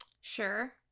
Sure